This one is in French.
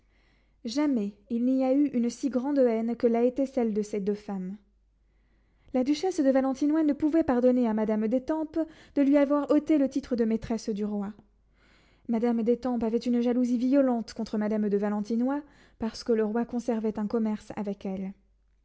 jamais il n'y a eu une si grande haine que l'a été celle de ces deux femmes la duchesse de valentinois ne pouvait pardonner à madame d'étampes de lui avoir ôté le titre de maîtresse du roi madame d'étampes avait une jalousie violente contre madame de valentinois parce que le roi conservait un commerce avec elle